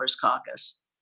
caucus